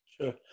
sure